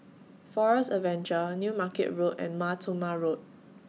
Forest Adventure New Market Road and Mar Thoma Road